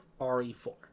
RE4